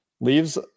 leaves